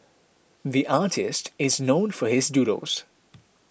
the artist is known for his doodles